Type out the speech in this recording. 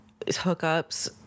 hookups